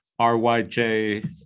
RYJ